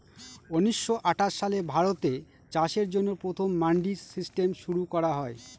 উনিশশো আঠাশ সালে ভারতে চাষের জন্য প্রথম মান্ডি সিস্টেম শুরু করা হয়